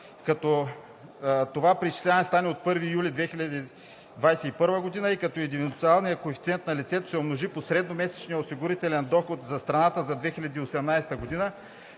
като това преизчисляване стане от 1 юли 2021 г. и индивидуалният коефициент на лицето се умножи по средномесечния осигурителен доход за страната за 2018 г.,